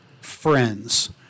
friends